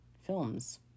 films